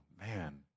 man